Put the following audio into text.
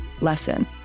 lesson